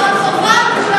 אבל חובה על כולנו,